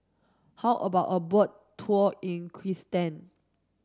how about a boat tour in Kyrgyzstan